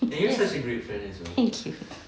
thanks thank you